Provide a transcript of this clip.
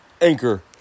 Anchor